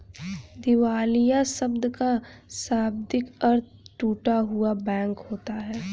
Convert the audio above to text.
दिवालिया शब्द का शाब्दिक अर्थ टूटा हुआ बैंक होता है